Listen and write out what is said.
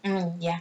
mm ya